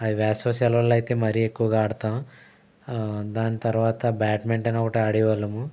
వేసవి సెలవుల్లో అయితే మరీ ఎక్కువగా ఆడతాము దాని తరువాత బ్యాడ్మింటన్ ఒకటి ఆడే వాళ్ళము